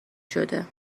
شده